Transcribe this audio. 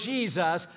Jesus